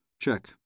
Check